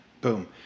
Boom